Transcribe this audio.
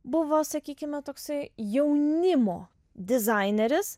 buvo sakykime toksai jaunimo dizaineris